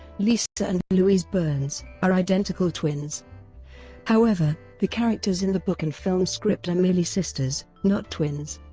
lisa and louise burns, are identical twins however, the characters in the book and film script are merely sisters, not twins.